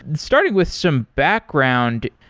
and starting with some background,